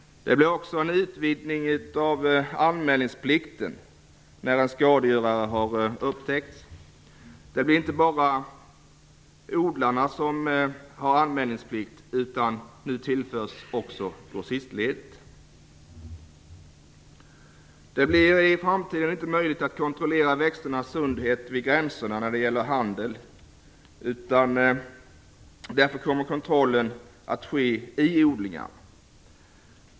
Det blir också en utvidgning av anmälningsplikten när en skadegörare har upptäckts. Det blir inte bara odlarna som har anmälningsplikt, utan nu tillförs också grossistledet. Det blir i framtiden inte möjligt att kontrollera växternas sundhet vid gränserna när det gäller handel. Därför kommer kontrollen att ske vid odlingarna.